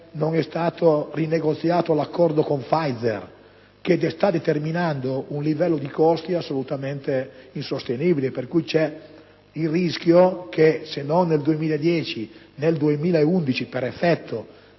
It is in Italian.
non è stato rinegoziato l'accordo con Pfizer, il che sta determinando un livello di costi assolutamente insostenibile, per cui c'è il rischio che, se non nel 2010, nel 2011, per effetto